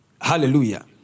Hallelujah